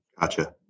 Gotcha